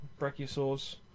Brachiosaurs